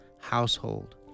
household